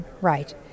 Right